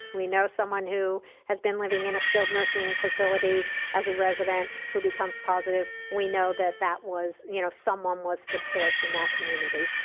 we know someone who has been living in a skilled nursing facility as a resident who becomes positive, we know that that was, you know, someone was the source in that community.